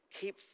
Keep